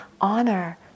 honor